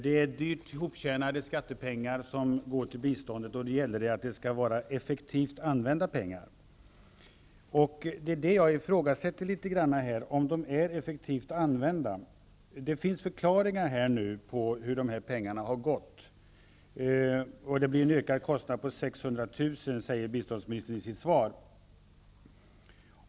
Det är ju dyrt hoptjänade skattepengar som går till biståndet, och då gäller det att pengarna används effektivt. Vad jag ifrågasätter är just om pengarna är effektivt använda. Det finns förklaringar till vart de här pengarna så att säga har gått. Det blir en ökad kostnad om 600 000 kr., säger biståndsministern i sitt svar.